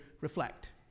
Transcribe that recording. reflect